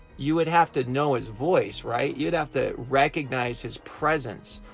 you would have to know his voice right? you'd have to recognize his presence.